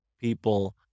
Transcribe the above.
people